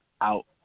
out